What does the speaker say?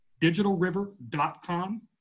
digitalriver.com